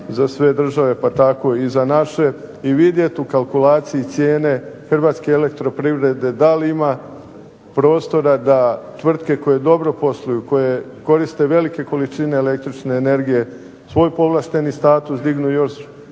za sve države pa tako i za naše i vidjet u kalkulaciji cijene Hrvatske elektroprivrede da li ima prostora da tvrtke koje dobro posluju, koje koriste velike količine električne energije svoj povlašteni status dignu još